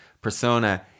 persona